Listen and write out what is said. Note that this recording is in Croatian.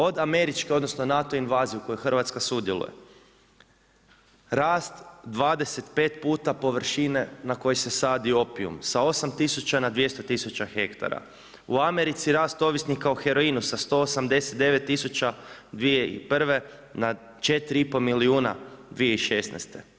Od američke, odnosno NATO invazije u kojoj Hrvatska sudjeluje, rast 25 puta površine na kojoj se sad opijum, sa 8 000 na 200 000 hektara, u Americi raste ovisnika o heroinu sa 189000 2001. na 4,5 milijuna 2016.